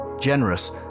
generous